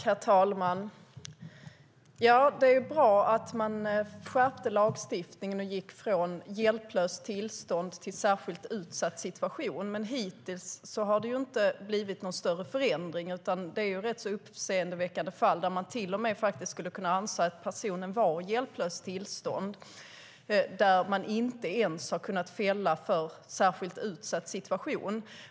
Herr talman! Det är bra att man skärpte lagstiftningen och gick från begreppet "hjälplöst tillstånd" till "särskilt utsatt situation". Men hittills har det inte blivit någon större förändring. Det är uppseendeväckande fall där man till och med skulle ha kunnat anse att personen var i ett hjälplöst tillstånd men där det inte ens kunnat fällas med argumentet särskilt utsatt situation.